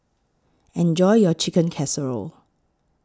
Enjoy your Chicken Casserole